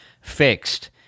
fixed